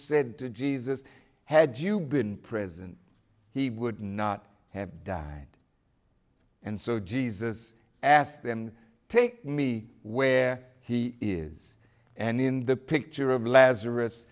to jesus had you been present he would not have died and so jesus asked them take me where he is and in the picture of lazarus